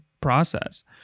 process